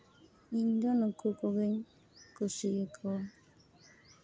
ᱤᱧ ᱫᱚ ᱱᱩᱠᱩ ᱠᱚᱜᱮᱧ ᱠᱩᱥᱤᱭᱟᱠᱚᱣᱟ